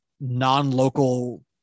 non-local